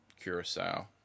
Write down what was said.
Curacao